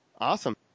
Awesome